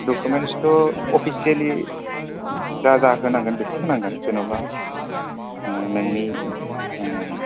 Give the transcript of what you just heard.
डुकुमेन्सथ' अफिसेलि जा जा होनांगोन बेखौ होनांगोन जेनबा नोंनि